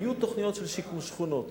היו תוכניות של שיקום שכונות,